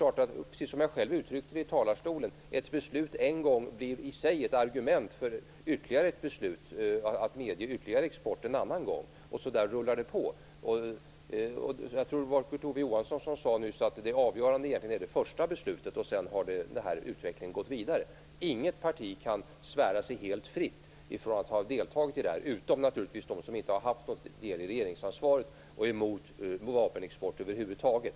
Precis som jag själv uttryckte det i talarstolen blir ett beslut en gång i sig ett argument för ytterligare ett beslut om att medge ytterligare export en annan gång, och på det viset rullar det på. Jag tror att det var Kurt Ove Johansson som nyss sade att det avgörande egentligen var det första beslutet och att det hela sedan har gått vidare. Inget parti kan svära sig helt fritt från deltagande, naturligtvis förutom de partier som inte har haft någon del i regeringsansvaret och de som är emot vapenexport över huvud taget.